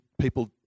people